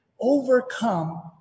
overcome